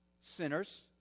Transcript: sinners